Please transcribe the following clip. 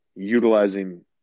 utilizing